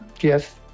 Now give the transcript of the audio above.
Yes